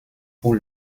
pour